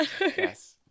Yes